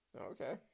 Okay